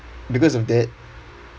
because of that